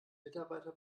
mitarbeiter